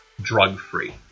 drug-free